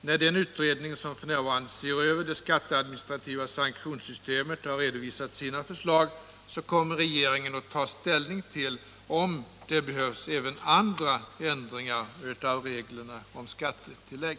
När den utredning nerna inom skattelagstiftningen som f. n. ser över det skatteadministrativa sanktionssystemet redovisat sina förslag, kommer regeringen att ta ställning till om det behövs även andra ändringar av reglerna om skattetillägg.